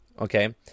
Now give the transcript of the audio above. okay